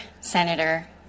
senator